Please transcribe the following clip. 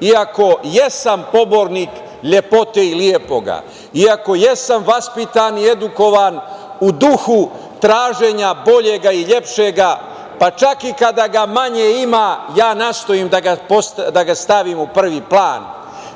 iako jesam pobornik lepote i lepoga, iako jesam vaspitan i edukovan u duhu traženja boljeg i lepšeg, pa čak i kada ga manje ima ja nastojim da ga stavim u prvi plan